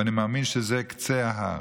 ואני מאמין שזה קצה ההר.